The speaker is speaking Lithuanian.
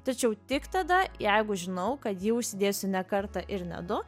tačiau tik tada jeigu žinau kad jį užsidėsiu ne kartą ir ne du